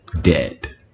Dead